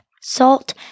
salt